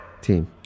team